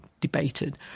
debated